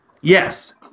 Yes